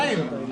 חיים,